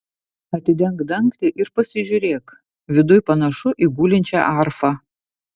atidenk dangtį ir pasižiūrėk viduj panašu į gulinčią arfą